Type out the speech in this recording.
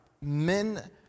men